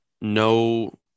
no